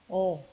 oh